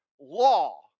law